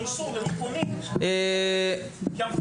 אגב,